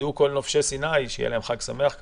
שיידעו כל נופשי סיני שיהיה להם חג שמח כמובן,